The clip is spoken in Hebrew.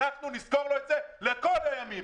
אנחנו נזכור לו את זה כל הימים.